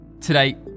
Today